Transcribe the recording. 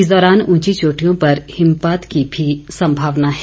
इस दौरान उंची चोटियों पर हिमपात की भी संभावना है